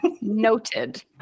Noted